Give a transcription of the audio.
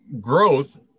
growth